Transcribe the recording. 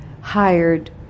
hired